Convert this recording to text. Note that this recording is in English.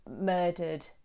murdered